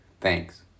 Thanks